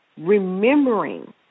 remembering